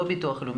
לא ביטוח לאומי,